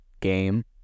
game